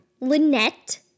Lynette